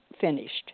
finished